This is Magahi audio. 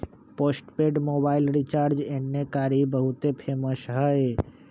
पोस्टपेड मोबाइल रिचार्ज एन्ने कारि बहुते फेमस हई